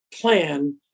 plan